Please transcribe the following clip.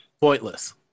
pointless